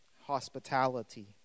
hospitality